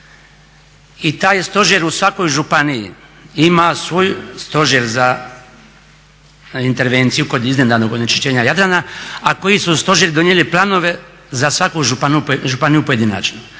i taj stožer u svakoj županiji ima svoj stožer za intervenciju kod iznenadnog onečišćenja Jadrana, a koji su stožeri donijeli planove za svaku županiju pojedinačno.